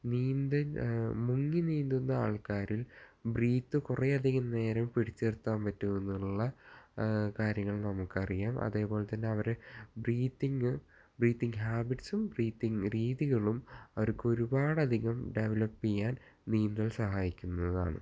നീന്തൽ മുങ്ങി നീന്തുന്ന ആൾക്കാരിൽ ബ്രീത്ത് കുറേ അധികം നേരം പിടിച്ചു നിർത്താൻ പറ്റും എന്നുള്ള കാര്യങ്ങൾ നമുക്ക് അറിയാം അതേപോലെ തന്നെ അവർ ബ്രീത്തിങ് ബ്രീത്തിങ് ഹാബിറ്റസും ബ്രീത്തിങ് രീതികളും അവർക്ക് ഒരുപാട് അധികം ഡെവലപ്പ് ചെയ്യാൻ നീന്തൽ സഹായിക്കുന്നതാണ്